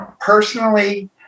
personally